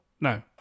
No